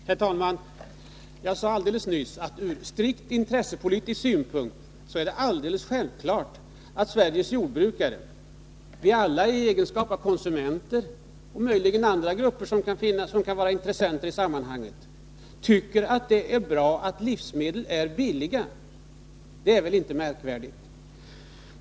Herr talman! Jag sade alldeles nyss att från strikt intressepolitisk synpunkt är det alldeles självklart att Sveriges jordbrukare, vi alla i egenskap av konsumenter och möjligen andra grupper som råkar vara intressenter i sammanhanget tycker att det är bra att livsmedlen är billiga — det är väl inte märkvärdigt.